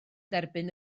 derbyn